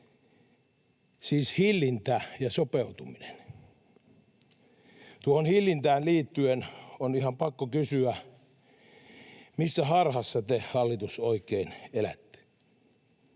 siis hillintä ja sopeutuminen. Tuohon hillintään liittyen on ihan pakko kysyä: missä harhassa te, hallitus, oikein elätte?